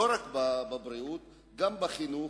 לא רק בבריאות אלא גם בחינוך,